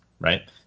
right